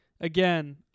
again